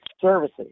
services